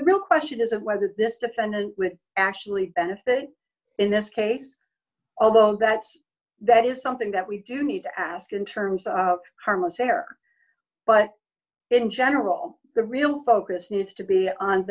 the real question is whether this defendant with actually benefited in this case although that that is something that we do need to ask in terms of karma fair but in general the real focus needs to be on